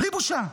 בלי בושה.